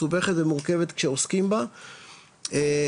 היא מסובכת ומורכבת כשעוסקים בה והיא